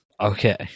Okay